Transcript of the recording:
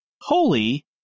holy